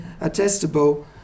attestable